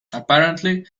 apparently